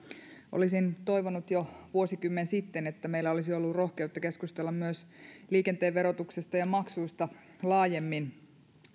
olisin toivonut jo vuosikymmen sitten että meillä olisi ollut rohkeutta keskustella myös liikenteen verotuksesta ja maksuista laajemmin